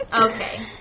Okay